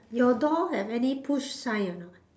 your door have any push sign or not